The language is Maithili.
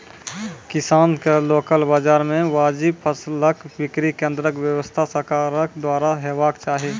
किसानक लोकल बाजार मे वाजिब फसलक बिक्री केन्द्रक व्यवस्था सरकारक द्वारा हेवाक चाही?